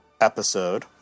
episode